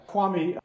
Kwame